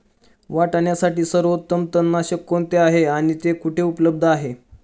वाटाण्यासाठी सर्वोत्तम तणनाशक कोणते आहे आणि ते कुठे उपलब्ध आहे?